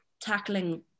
tackling